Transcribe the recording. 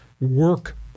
work